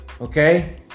okay